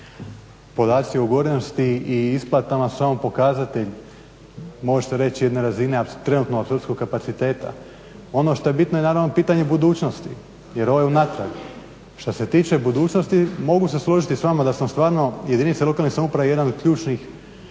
Podaci o odgovornosti i isplatama samo pokazatelj možete reći jedna razina trenutno od …/Govornik se ne razumije./… kapaciteta. Ono što je bitno je naravno pitanje budućnosti jer ovo je unatrag. Što se tiče budućnosti mogu se složiti s vama da su stvarno jedinice lokalne samouprave jedan od ključnih